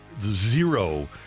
zero